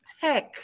tech